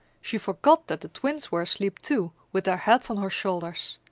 she forgot that the twins were asleep too, with their heads on her shoulders.